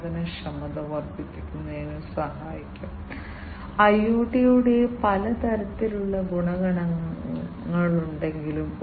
ഈ signal conditioner അടിസ്ഥാനപരമായി amplification ആവശ്യമില്ലാത്ത സാധനങ്ങളുടെ ഫിൽട്ടറിംഗ് തുടങ്ങിയ കാര്യങ്ങൾ ചെയ്യും